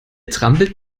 trampelt